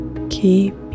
Keep